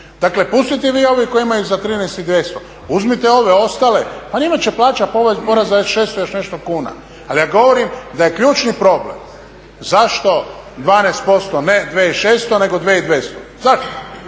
Dakle, pustite vi ove koji imaju za 13,200, uzmite ove ostale, pa njima će plaća porasti za 600 i još nešto kuna. Ali ja govorim da je ključni problem zašto 12% ne 2600, nego 2200? Zašto?